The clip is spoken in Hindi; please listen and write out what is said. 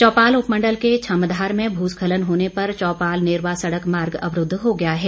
चौपाल उपमंडल के छमधार में भूस्खलन होने पर चौपाल नेरवा सड़क मार्ग अवरूद्व हो गया है